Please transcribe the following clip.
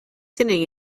sitting